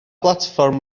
blatfform